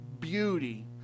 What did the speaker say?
beauty